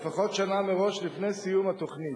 לפחות שנה מראש לפני סיום התוכנית.